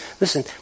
listen